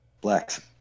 Blacks